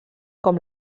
com